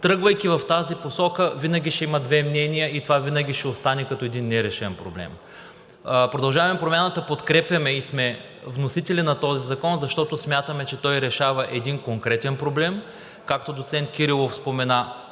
Тръгвайки в тази посока, винаги ще има две мнения и това винаги ще остане като един нерешен проблем. От „Продължаваме Промяната“ подкрепяме и сме вносители на този закон, защото смятаме, че той решава един конкретен проблем, както спомена доцент Кирилов,